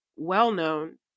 well-known